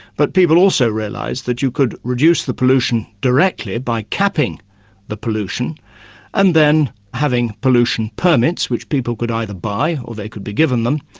but people also realise that you could reduce the pollution directly by capping the pollution and then having pollution permits which people could either buy or they could be given them,